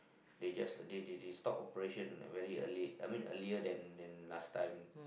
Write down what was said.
they just they they they stop operation very early I mean earlier than than last time